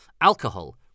Alcohol